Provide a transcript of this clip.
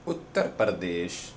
Uttar Pradesh